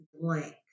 blank